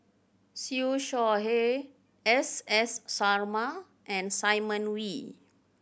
Siew Shaw Her S S Sarma and Simon Wee